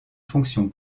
fonction